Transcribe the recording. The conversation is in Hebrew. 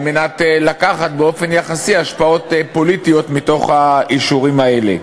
על מנת לקחת באופן יחסי השפעות פוליטיות באישורים האלה.